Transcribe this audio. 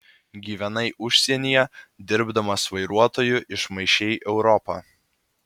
gyvenai užsienyje dirbdamas vairuotoju išmaišei europą